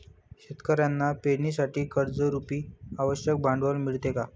शेतकऱ्यांना पेरणीसाठी कर्जरुपी आवश्यक भांडवल मिळते का?